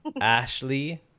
Ashley